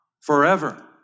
forever